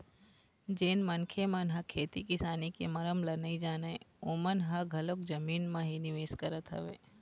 जेन मनखे मन ह खेती किसानी के मरम ल नइ जानय ओमन ह घलोक जमीन म ही निवेश करत हवय